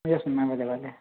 yes ma'am वो लगा लिया